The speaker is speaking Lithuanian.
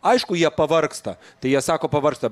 aišku jie pavargsta tai jie sako pavargsta